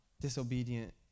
disobedient